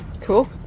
Cool